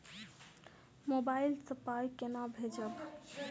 Mobile सँ पाई केना भेजब?